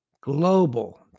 global